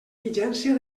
vigència